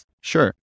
Sure